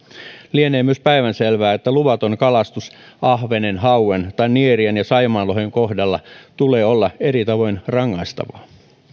lienee myös päivänselvää että luvaton kalastus ahvenen ja hauen tai nieriän ja saimaanlohen kohdalla tulee olla eri tavoin rangaistavaa